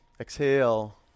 Exhale